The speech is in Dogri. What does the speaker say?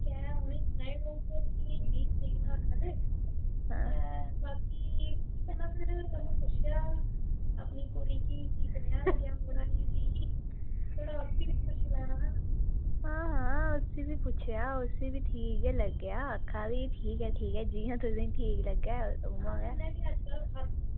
हां हां हां उसी बी पुच्छेआ उसी बी ठीक गै लग्गेआ आक्खै दी ठीक ऐ ठीक ऐ जियां तुसेंगी ठीक लग्गै उ'यां गै